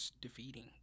defeating